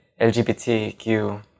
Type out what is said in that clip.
LGBTQ